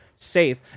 safe